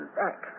back